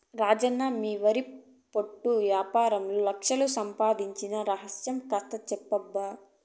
రాజన్న మీ వరి పొట్టు యాపారంలో లచ్ఛలు సంపాయించిన రహస్యం కాస్త చెప్పబ్బా